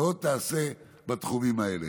ועוד תעשה בתחומים האלה.